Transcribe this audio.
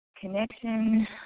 connection